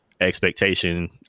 expectation